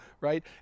right